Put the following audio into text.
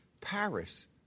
Paris